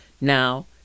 Now